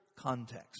context